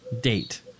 Date